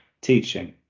teaching